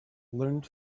learned